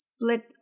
split